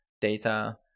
data